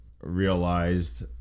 realized